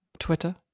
Twitter